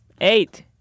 Eight